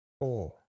four